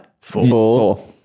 Four